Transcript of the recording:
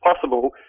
possible